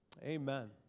Amen